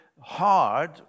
hard